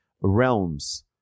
realms